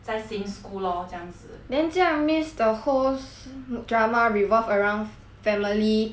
then 这样 means the whole drama revolve around family kind of background lah